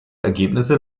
ergebnisse